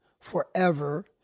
forever